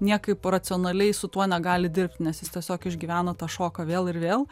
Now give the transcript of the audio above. niekaip racionaliai su tuo negali dirbt nes jis tiesiog išgyvena tą šoką vėl ir vėl